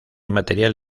material